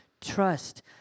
trust